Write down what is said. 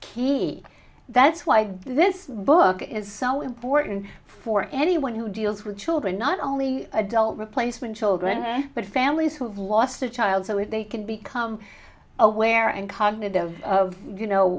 key that's why this book is so important for anyone who deals with children not only adult replacement children but families who've lost a child so if they can become aware and cognitive of you know